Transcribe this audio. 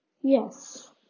Yes